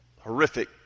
horrific